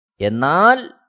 enal